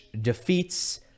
defeats